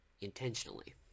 Intentionally